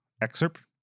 Excerpt